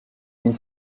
une